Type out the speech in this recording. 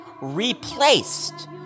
...replaced